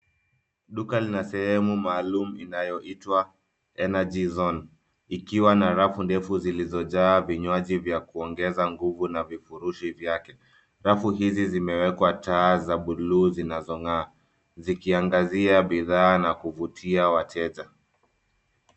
Duka lina sehemu maalumu inayoitwa Eenergy zone . Ikiwa na rafu ndefu zilizojaa vinywaji vya kuongeza nguvu na vifurushi vyake. Rafu hizi zimewekwa taa za bluu zinazong'aa. Zikiangazia bidhaa na kuvutia wateja.